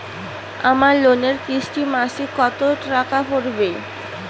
আমার লোনের কিস্তি মাসিক কত টাকা পড়বে?